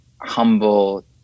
humble